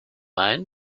mind